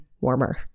warmer